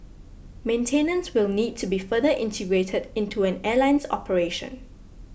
maintenance will need to be further integrated into an airline's operation